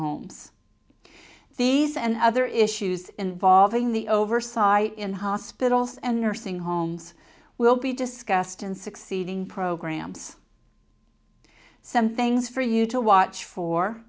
homes these and other issues involving the oversight in hospitals and nursing homes will be discussed in succeeding programs some things for you to watch for